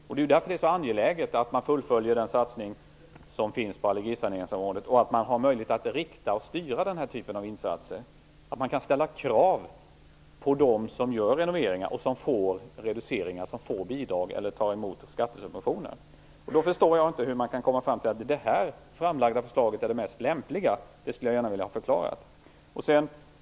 Det är därför det är så angeläget att man fullföljer den satsning som finns på allergisaneringsområdet, att man har möjlighet att rikta och styra den här typen av insatser och att man kan ställa krav på dem som gör renoveringar och som får reduceringar eller bidrag eller tar emot skattesubventioner. Då förstår jag inte hur man kan komma fram till att det här framlagda förslaget är det mest lämpliga. Det skulle jag gärna vilja ha förklarat.